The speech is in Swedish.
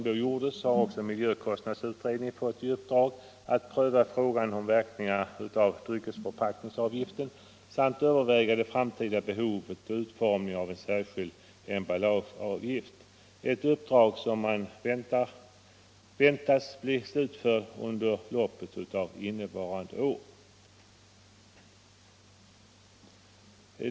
drag att pröva verkningarna av dryckesförpackningsavgiften samt överväga det framtida behovet och utformningen av en särskild emballageavgift, ett uppdrag som väntas bli slutfört under loppet av innevarande år.